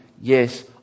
yes